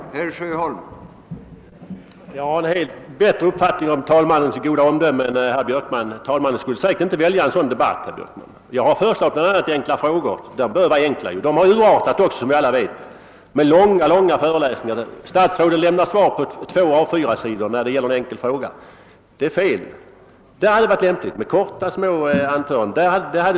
Herr talman! Jag har en högre uppfattning om herr talmannens omdöme än herr Björkman och jag tror inte att talmannen skulle välja att införa ett förbud mot manuskript i sådana debatter som herr Björkman nämnde. Jag har bl.a. föreslagit de debatter då statsråden besvarar enkla frågor. Dessa svar bör ju vara enkla men som alla vet har de urartat till föreläsningar på kanske två A 4-sidor. I det fallet vore det lämpligt med korta anföranden; en försöksverksamhet ter sig här naturlig.